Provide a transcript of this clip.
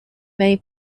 many